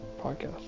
podcast